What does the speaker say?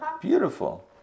Beautiful